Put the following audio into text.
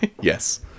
Yes